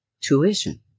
tuition